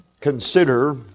consider